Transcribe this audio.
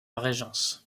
régence